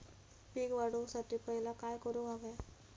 पीक वाढवुसाठी पहिला काय करूक हव्या?